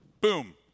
Boom